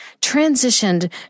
transitioned